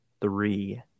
three